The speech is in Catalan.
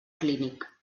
clínic